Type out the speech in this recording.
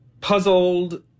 puzzled